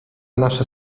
nasze